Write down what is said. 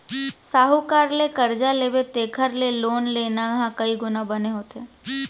साहूकार ले करजा लेबे तेखर ले लोन लेना ह कइ गुना बने होथे